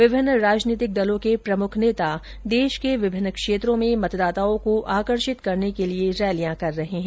विभिन्न राजनीतिक दलों के प्रमुख नेता देश के विभिन्न क्षेत्रों में मतदाताओं को आकर्षित करने के लिये रैलियां कर रहे हैं